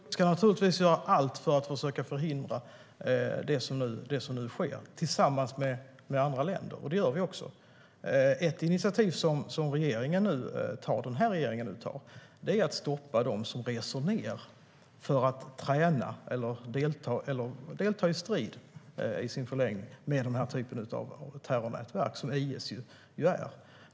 Herr talman! Vi ska naturligtvis göra allt för att försöka förhindra det som nu sker, tillsammans med andra länder. Det gör vi också. Ett initiativ som den här regeringen nu tar är att stoppa dem som reser ned för att träna eller delta i strid, i förlängningen, med den typ av terrornätverk som IS är.